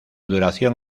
duración